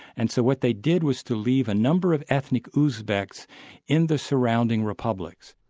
and so what they did was to leave a number of ethnic uzbeks in the surrounding republics.